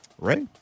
Right